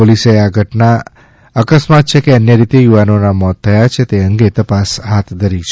પોલીસે આ ઘટના અકસ્માત છે કે અન્ય રીતે યુવાનો ના મોત થયા છે તે અંગે તપાસ હાથ ધરી છે